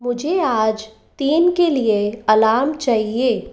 मुझे आज तीन के लिए अलार्म चाहिए